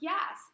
Yes